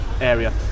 area